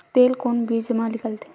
तेल कोन बीज मा निकलथे?